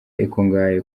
ikungahaye